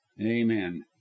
Amen